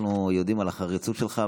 אנחנו יודעים על החריצות שלך,